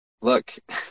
Look